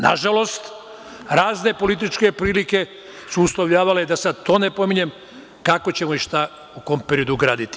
Nažalost, razne političke prilike su uslovljavale, da sada to ne pominjem, kako ćemo i šta graditi.